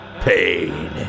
Pain